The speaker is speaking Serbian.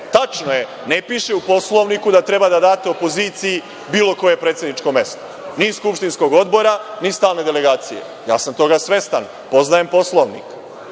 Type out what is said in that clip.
Tačno je da ne piše u Poslovniku da treba da date opoziciji bilo koje predsedničko mesto, ni iz skupštinskog odbora, ni iz stalne delegacije. Ja sam toga svestan. Poznajem Poslovnik.